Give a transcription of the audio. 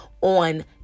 on